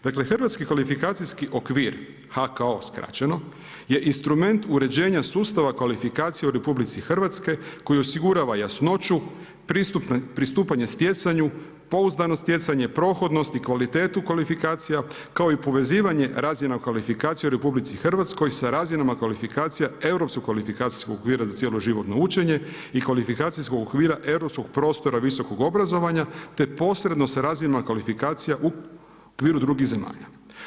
Dakle Hrvatski kvalifikacijski okvir, HKO skraćeno je instrument uređenja sustava kvalifikacija u RH koji osigurava jasnoću, pristupanje stjecanju, pouzdano stjecanje, prohodnost i kvalitetu kvalifikacija kao i povezivanje razina o kvalifikacijama u RH sa razinama kvalifikacija europskog kvalifikacijskog okvira za cjeloživotno učenje i kvalifikacijskog okvira europskog prostora visokog obrazovanja te posredno sa razinama kvalifikacija u okviru drugih zemalja.